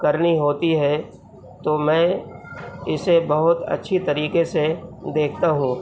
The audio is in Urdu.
کرنی ہوتی ہے تو میں اسے بہت اچھی طریقے سے دیکھتا ہوں